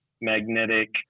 Magnetic